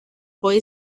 boy